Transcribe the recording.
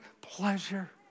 pleasure